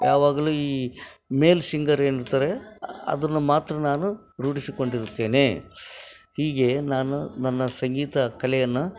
ಯಾವಾಗಲೂ ಈ male singer ಏನಿರ್ತಾರೆ ಅದನ್ನು ಮಾತ್ರ ನಾನು ರೂಢಿಸಿಕೊಂಡಿರುತ್ತೇನೆ ಹೀಗೆ ನಾನು ನನ್ನ ಸಂಗೀತ ಕಲೆಯನ್ನು